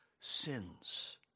sins